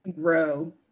grow